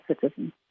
citizens